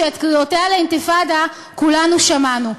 שאת קריאותיה לאינתיפאדה כולנו שמענו.